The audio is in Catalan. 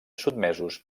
sotmesos